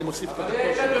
אבל היא היתה דוברת צה"ל.